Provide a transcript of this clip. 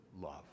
love